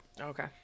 Okay